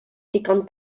ddigon